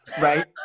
right